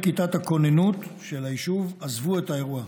כיתת הכוננות של היישוב עזבו את האירוע.